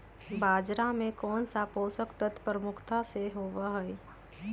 बाजरा में कौन सा पोषक तत्व प्रमुखता से होबा हई?